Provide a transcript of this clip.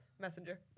Messenger